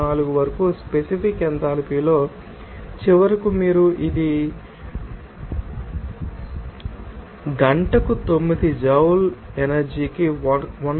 46 వరకు స్పెసిఫిక్ ఎంథాల్పీలో చివరకు మీరు ఇది మీకు గంటకు 9 జౌల్ ఎనర్జీ కి 1